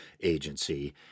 Agency